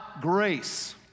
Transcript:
grace